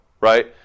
right